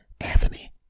Anthony